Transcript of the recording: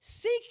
Seek